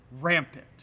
rampant